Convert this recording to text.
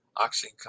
oxygen